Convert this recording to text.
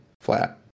flat